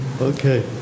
Okay